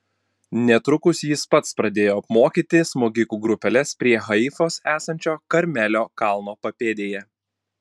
netrukus jis pats pradėjo apmokyti smogikų grupeles prie haifos esančio karmelio kalno papėdėje